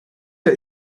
der